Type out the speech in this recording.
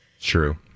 true